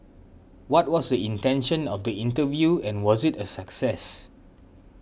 what was the intention of the interview and was it a success